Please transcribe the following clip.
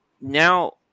Now